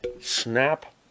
snap